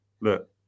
look